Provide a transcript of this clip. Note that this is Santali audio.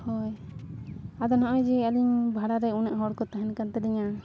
ᱦᱳᱭ ᱟᱫᱚ ᱱᱚᱜᱼᱚᱭ ᱡᱮ ᱟᱹᱞᱤᱧ ᱵᱷᱟᱲᱟ ᱨᱮ ᱩᱱᱟᱹᱜ ᱦᱚᱲ ᱠᱚ ᱛᱟᱦᱮᱱ ᱠᱟᱱ ᱛᱟᱞᱤᱧᱟ